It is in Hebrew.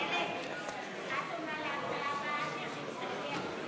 נכה שהגיע לגיל פרישה), התשע"ה 2015, לא נתקבלה.